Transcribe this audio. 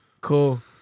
cool